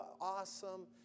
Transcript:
awesome